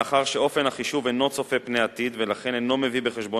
מאחר שאופן החישוב אינו צופה פני עתיד ולכן אינו מביא בחשבון,